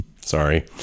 sorry